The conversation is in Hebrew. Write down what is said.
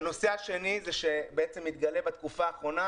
השני זה שבעצם התגלה בתקופה האחרונה,